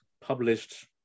published